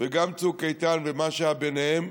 וגם צוק איתן ומה שהיה ביניהם,